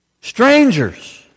Strangers